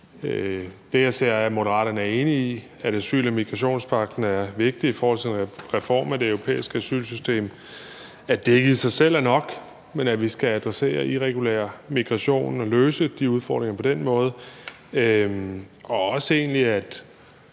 Det, jeg ser, er, at Moderaterne er enige i, at asyl- og migrationspagten er vigtig i forhold til en reform af det europæiske asylsystem – at det ikke i sig selv er nok, men at vi skal adressere irregulær migration og løse de udfordringer på den måde – og egentlig